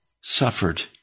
suffered